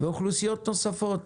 ואת האוכלוסיות הנוספות